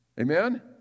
Amen